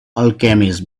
alchemists